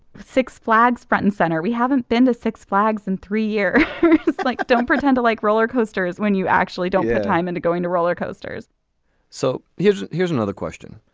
six flags front and center. we haven't been to six flags in three year like don't pretend to like roller coasters when you actually don't have time and are going to roller coasters so here's here's another question.